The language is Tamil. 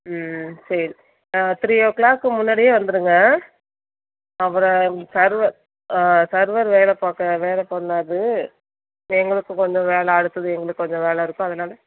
ம் சரி ஆ த்ரீ ஓ க்ளாக்கு முன்னாடியே வந்துடுங்க அப்புறம் சர்வர் சர்வர் வேலை பார்க்காது வேலை பண்ணாது எங்களுக்கு கொஞ்சம் வேலை அடுத்தது எங்களுக்கு கொஞ்சம் வேலை இருக்கும் அதனால்